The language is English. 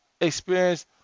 experience